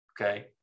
Okay